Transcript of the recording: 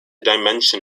dimension